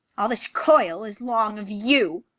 all this coil is long of you.